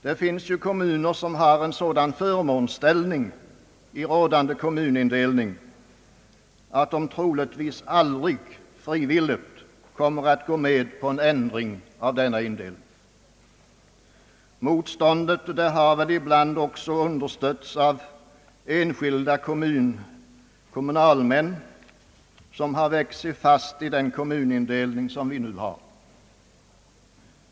Det finns ju kommuner som har en sådan förmånsställning i rådande kommunindelning att de troligtvis aldrig frivilligt kommer att gå med på en ändring i denna indelning. Motståndet har väl ibland också understötts av enskilda kommunalmän, som har vuxit fast i den kommunindelning vi nu har.